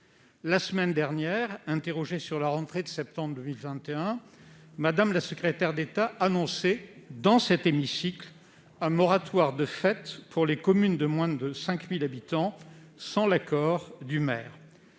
La semaine dernière, interrogée sur la rentrée de septembre 2021, Mme la secrétaire d'État Nathalie Elimas annonçait, dans cet hémicycle, un moratoire de fait pour les communes de moins de 5 000 habitants, sans l'accord du maire.